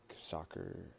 soccer